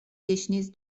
گشنیز